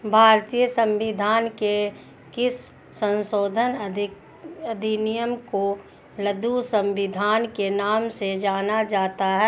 भारतीय संविधान के किस संशोधन अधिनियम को लघु संविधान के नाम से जाना जाता है?